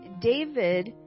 David